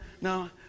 no